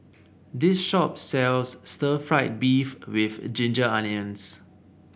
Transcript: this shop sells Stir Fried Beef with Ginger Onions